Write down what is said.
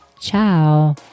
Ciao